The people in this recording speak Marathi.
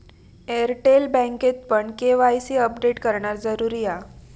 एअरटेल बँकेतपण के.वाय.सी अपडेट करणा जरुरी हा